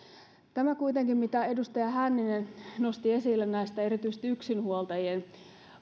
tämä mitä edustaja hänninen nosti esille tästä erityisesti yksinhuoltajien